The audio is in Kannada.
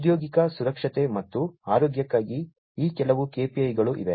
ಔದ್ಯೋಗಿಕ ಸುರಕ್ಷತೆ ಮತ್ತು ಆರೋಗ್ಯಕ್ಕಾಗಿ ಈ ಕೆಲವು KPI ಗಳು ಇವೆ